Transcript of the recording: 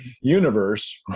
universe